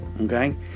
okay